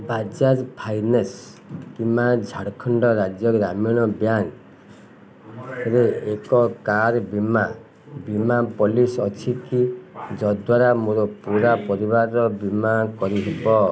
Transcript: Bajaj finance କିମ୍ବା ଝାଡ଼ଖଣ୍ଡ ରାଜ୍ୟ ଗ୍ରାମୀଣ ବ୍ୟାଙ୍କରେ ଏକ କାର୍ ବୀମା ବୀମା ପଲିସି ଅଛିକି ଯଦ୍ଵାରା ମୋର ପୂରା ପରିବାରର ବୀମା କରିହେବ